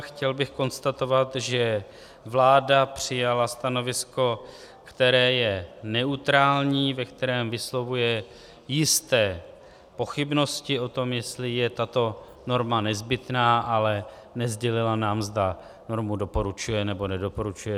Chtěl bych konstatovat, že vláda přijala stanovisko, které je neutrální, ve kterém vyslovuje jisté pochybnosti o tom, jestli je tato norma nezbytná, ale nesdělila nám, zda normu doporučuje, nebo nedoporučuje.